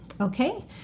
Okay